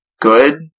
good